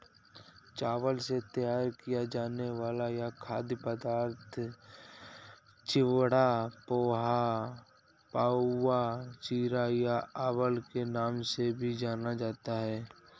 चावल से तैयार किया जाने वाला यह खाद्य पदार्थ चिवड़ा, पोहा, पाउवा, चिरा या अवल के नाम से भी जाना जाता है